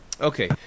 okay